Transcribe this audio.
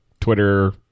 Twitter